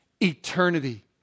eternity